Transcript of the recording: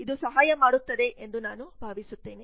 ಇದು ಸಹಾಯ ಮಾಡುತ್ತದೆ ಎಂದು ನಾನು ಭಾವಿಸುತ್ತೇನೆ